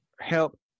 help